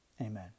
Amen